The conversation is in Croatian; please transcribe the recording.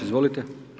Izvolite.